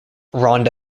rhondda